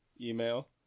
Email